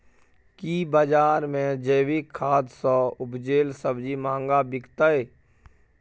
की बजार मे जैविक खाद सॅ उपजेल सब्जी महंगा बिकतै?